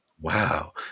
Wow